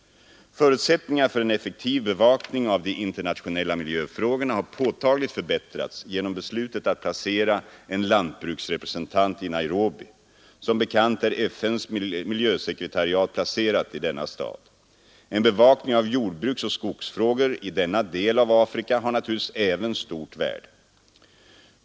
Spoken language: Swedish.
Förutsättningarna för en effektiv bevakning av de internationella miljöfrågorna har påtagligt förbättrats genom beslutet att placera en lantbruksrepresentant i Nairobi. Som bekant är FN:s miljösekretariat placerat i denna stad. En bevakning av jordbruksoch skogsfrågor i denna del av Afrika har naturligtvis även stort värde.